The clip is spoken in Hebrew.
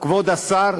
כבוד השר,